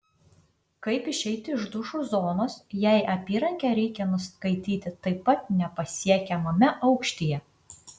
kaip išeiti iš dušų zonos jei apyrankę reikia nuskaityti taip pat nepasiekiamame aukštyje